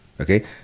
Okay